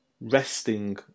resting